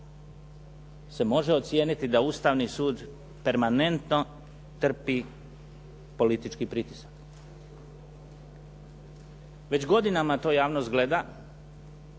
se može ocijeniti da Ustavni sud permanentno trpi politički pritisak. Već godinama to javnost gleda,